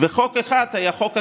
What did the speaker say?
חוק אחד היה חוק החילופים,